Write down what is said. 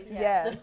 yes.